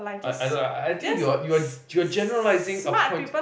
I I look ah I think you're you're you're generalising a point